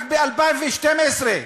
רק ב-2012,